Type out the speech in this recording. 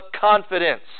confidence